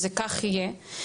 כך זה יהיה.